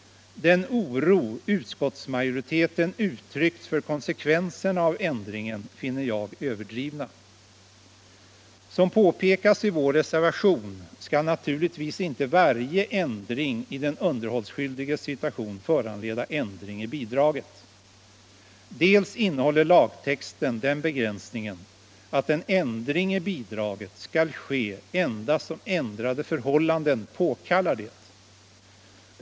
Den oro utskottsmajoriteten uttryckt för konsekven serna av ändringen finner jag överdriven. Som påpekas i vår reservation skall naturligtvis inte varje ändring i den underhållsskyldiges situation föranleda ändring i bidraget. Först och främst innehåller lagtexten den begränsningen att en ändring i bidraget skall ske endast om ändrade förhållanden påkallar det.